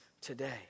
today